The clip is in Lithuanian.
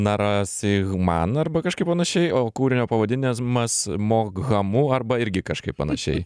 narasihman arba kažkaip panašiai o kūrinio pavadinimas mas moghamu arba irgi kažkaip panašiai